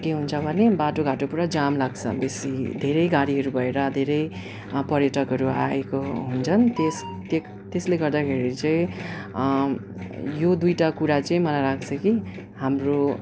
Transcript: के हुन्छ भने बाटोघाटो पुरा जाम लाग्छ बेसी धेरै गाडीहरू भएर धेरै पर्यटकहरू आएको हुन्छन् त्यस त्यसले गर्दाखेरि चाहिँ यो दुईवटा कुरा चाहिँ मलाई लाग्छ कि हाम्रो